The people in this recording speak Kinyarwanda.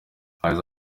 yagize